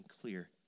clear